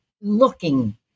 looking